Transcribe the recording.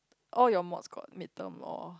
all your mods got mid term or